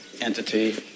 entity